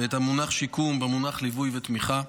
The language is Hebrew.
ואת המונח "שיקום" במונח "ליווי ותמיכה"